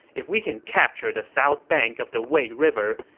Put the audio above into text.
if we can capture the south bank of the wei river,